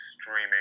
streaming